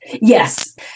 Yes